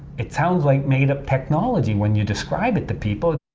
it sounds like made up technology when you describe it to people.